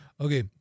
Okay